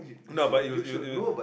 no but use you you